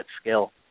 skill